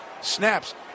snaps